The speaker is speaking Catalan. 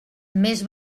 més